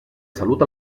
salut